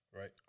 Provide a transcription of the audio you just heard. right